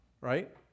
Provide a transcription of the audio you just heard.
Right